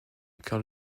car